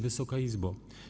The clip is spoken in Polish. Wysoka Izbo!